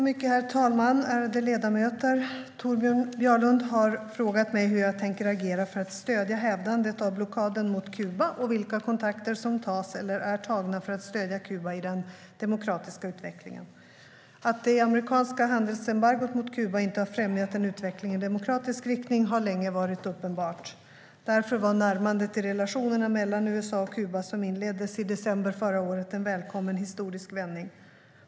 Herr talman! Torbjörn Björlund har frågat mig hur jag tänker agera för att stödja hävandet av blockaden mot Kuba och vilka kontakter som tas eller är tagna för att stödja Kuba i den demokratiska utvecklingen. Att det amerikanska handelsembargot mot Kuba inte har främjat en utveckling i demokratisk riktning har länge varit uppenbart. Därför var närmandet i relationerna mellan USA och Kuba, som inleddes i december 2014, en välkommen historisk vändning.